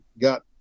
got